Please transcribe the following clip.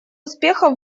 успехов